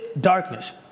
darkness